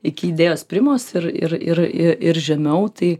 iki idėjos primos ir ir ir ir žemiau tai